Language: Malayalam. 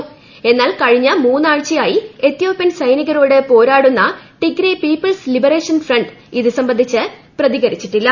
എ്ന്നുൾ കഴിഞ്ഞ മൂന്നാഴ്ചയായി എത്യോപ്യൻ സൈനികര്മോട്ട് പോരാടുന്ന ടിഗ്രേ പീപ്പിൾസ് ലിബറേഷൻ ഫ്രണ്ട് ഇത് സർബ്ന്ധിച്ച് പ്രതികരിച്ചിട്ടില്ല